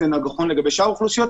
זה נכון לגבי שאר האוכלוסיות,